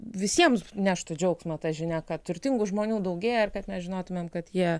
visiems neštų džiaugsmą ta žinia kad turtingų žmonių daugėja ir kad mes žinotumėm kad jie